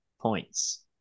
points